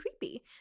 creepy